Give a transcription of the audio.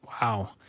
Wow